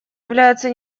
являются